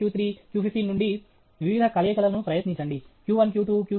q15 నుండి వివిధ కలయికలను ప్రయత్నించండి q1 q2